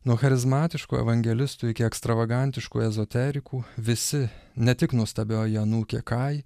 nuo charizmatiškų evangelistų iki ekstravagantiškų ezoterikų visi ne tik nuostabioji anūkė kai